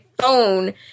phone